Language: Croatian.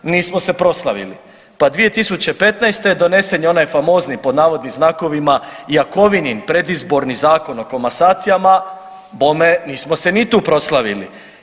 Nismo se proslavili, pa 2015. donesen je onaj famozni pod navodnim znakovima Jakovinin predizborni Zakon o komasacijama bome nismo se ni tu proslavili.